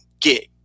get